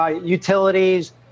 utilities